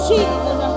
Jesus